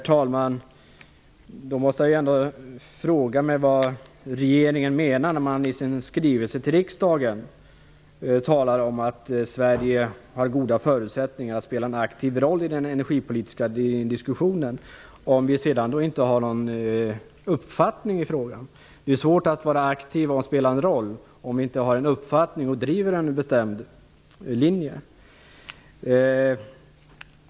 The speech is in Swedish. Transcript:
Herr talman! Jag frågar mig då vad regeringen menar när man i sin skrivelse till riksdagen talar om att Sverige har goda förutsättningar att spela en aktiv roll i den energipolitiska diskussionen, om vi sedan inte har någon uppfattning i frågan. Det är svårt att vara aktiv och spela en roll om man inte har en uppfattning och driver en bestämd linje.